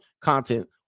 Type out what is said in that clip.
content